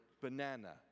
banana